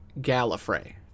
Gallifrey